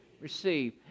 Receive